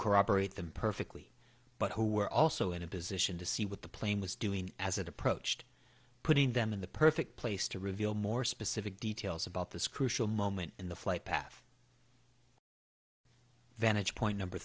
corroborate the perfectly but who were also in a position to see what the plane was doing as it approached putting them in the perfect place to reveal more specific details about this crucial moment in the flight path vantage point number